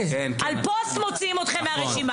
על פוסט מוציאים אתכם מהרשימה.